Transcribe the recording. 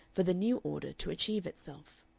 for the new order to achieve itself.